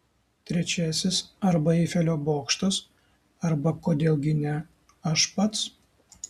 trečiasis arba eifelio bokštas arba kodėl gi ne aš pats